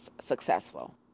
successful